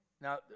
Now